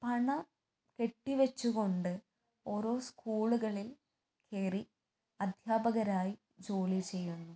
പണം കെട്ടി വെച്ചു കൊണ്ട് ഓരോ സ്കൂളുകളിൽ കയറി അദ്ധ്യാപകരായി ജോലി ചെയ്യുന്നു